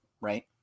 right